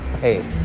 hey